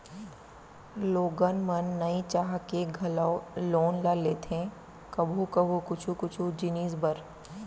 लोगन मन नइ चाह के घलौ लोन ल लेथे कभू कभू कुछु कुछु जिनिस बर